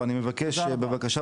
אני מבקש לעבור,